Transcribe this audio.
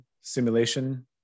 simulation